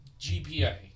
GPA